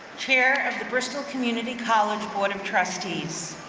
chair of the bristol community college board of trustees.